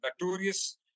notorious